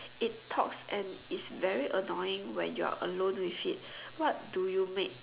it talks and is very annoying when you are alone with it what do you make